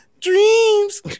Dreams